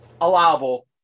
allowable